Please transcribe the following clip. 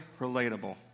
relatable